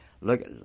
Look